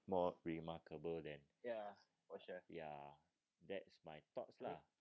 more remarkable there ya that's my thoughts lah